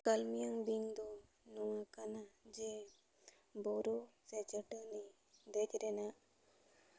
ᱠᱟᱞᱢᱤᱭᱟ ᱵᱤᱧ ᱫᱚ ᱱᱚᱣᱟ ᱠᱟᱱᱟ ᱡᱮ ᱵᱩᱨᱩ ᱥᱮ ᱥᱮ ᱪᱟᱹᱴᱟᱹᱱᱤ ᱫᱮᱡ ᱨᱮᱱᱟᱜ